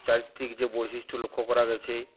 চারিত্রিক যে বৈশিষ্ট্য লক্ষ্য করা গেছে